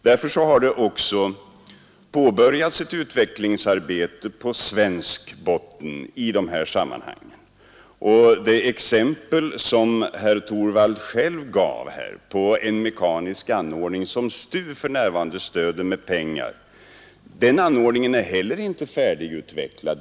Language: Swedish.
Därför har det också påbörjats ett svenskt utvecklingsarbete i dessa sammanhang. Det exempel som herr Torwald själv nämnde och som STU för närvarande stöder med pengar gäller en anordning som inte heller är färdigutvecklad.